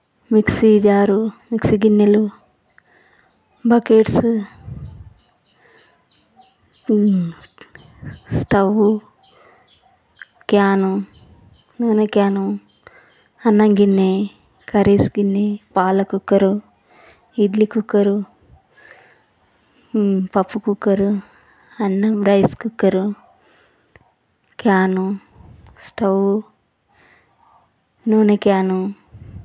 mixie jar mixie గిన్నెలు buckets stove can నూనె can అన్నం గిన్నె కర్రీస్ గిన్ని పాల కుక్కర్ ఇడ్లీ కుక్కర్ పప్పు కుక్కర్ అన్నం రైస్ కుక్కర్ క్యాను స్టవ్ నూనె క్యాను